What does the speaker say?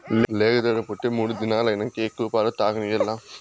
లేగదూడ పుట్టి మూడు దినాలైనంక ఎక్కువ పాలు తాగనియాల్ల